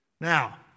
Now